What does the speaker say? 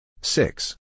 six